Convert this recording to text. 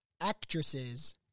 actresses